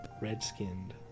red-skinned